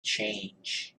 change